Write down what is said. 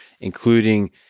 including